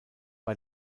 bei